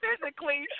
physically